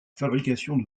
fabrication